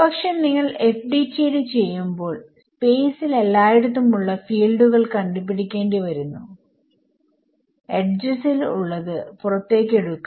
പക്ഷെ നിങ്ങൾ FDTD ചെയ്യുമ്പോൾ സ്പേസിൽ എല്ലായിടത്തും ഉള്ള ഫീൽഡുകൾ കണ്ട് പിടിക്കേണ്ടി വരുന്നു എഡ്ജസിൽ ഉള്ളത് പുറത്തേക്ക് എടുക്കാൻ